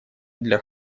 для